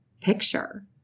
picture